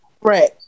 right